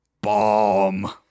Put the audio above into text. bomb